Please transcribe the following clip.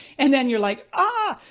and then you're like, ah,